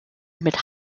mit